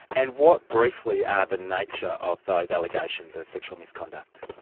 and what briefly are the nature of those allegations of sexual misconduct?